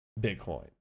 Bitcoin